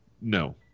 no